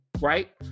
Right